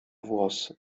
włosy